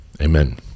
Amen